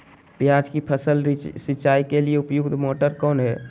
प्याज की फसल सिंचाई के लिए उपयुक्त मोटर कौन है?